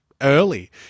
early